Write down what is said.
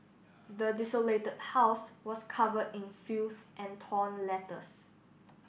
the desolated house was covered in filth and torn letters